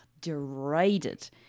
derided